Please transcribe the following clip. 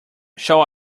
shall